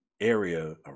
area